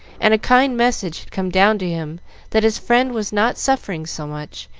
and a kind message had come down to him that his friend was not suffering so much,